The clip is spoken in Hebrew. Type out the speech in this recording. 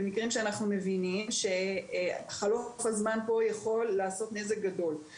בהם אנחנו מבינים שחלוף הזמן יכול לעשות נזק גדול.